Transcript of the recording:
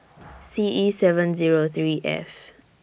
C E seven Zero three F